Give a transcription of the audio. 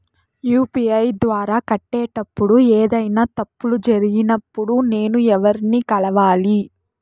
UPI ద్వారా కట్టేటప్పుడు ఏదైనా తప్పులు జరిగినప్పుడు నేను ఎవర్ని కలవాలి?